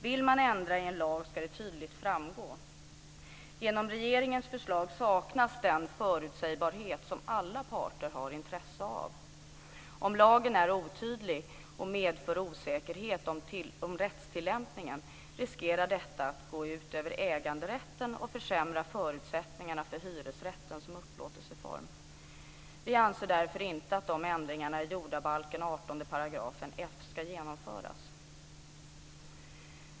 Vill man ändra i en lag ska det tydligt framgå. Genom regeringens förslag saknas den förutsägbarhet som alla parter har intresse av. Om lagen är otydlig och medför osäkerhet om rättstillämpningen riskerar detta att gå ut över äganderätten och försämra förutsättningarna för hyresrätten som upplåtelseform. Vi anser därför inte att de ändringar i 18 f § hyreslagen, jordabalken, ska genomföras.